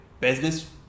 business